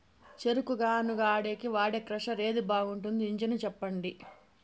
చెరుకు గానుగ ఆడేకి వాడే క్రషర్ ఏది బాగుండేది ఇంజను చెప్పండి?